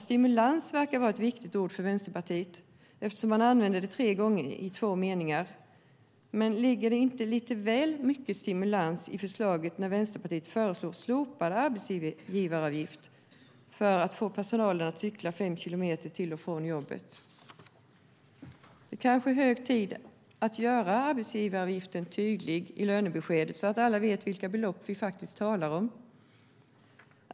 Stimulans verkar vara ett viktigt ord för Vänsterpartiet eftersom man använder det tre gånger i två meningar, men ligger det inte lite väl mycket stimulans i förslaget när Vänsterpartiet föreslår slopad arbetsgivaravgift för att få personalen att cykla fem kilometer till och från jobbet? Det är kanske hög tid att göra arbetsgivaravgiften tydlig i lönebeskedet så att alla vet vilka belopp vi faktiskt talar om.